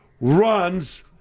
runs